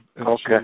Okay